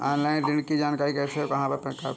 Online ऋण की जानकारी कैसे और कहां पर करें?